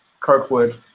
Kirkwood